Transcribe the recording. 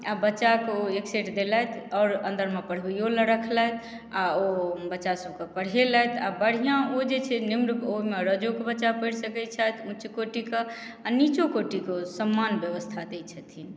आ बच्चा कऽ ओ एक सेट देलथि आओर अन्दर मे पढबैयो लऽ रखलथि आ ओ बच्चा सब कऽ पढेलथि आ बढ़िऑं ओ जे छै निम्न ओहिमे राजो के बच्चा पढि सकै छथि उच्च कोटि कऽ आ नीचो कोटि कऽ ओ समान व्यवस्था दै छथिन